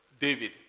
David